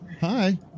Hi